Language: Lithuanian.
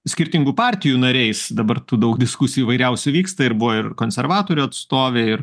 skirtingų partijų nariais dabar tų daug diskusijų įvairiausių vyksta ir buvo ir konservatorių atstovė ir